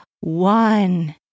One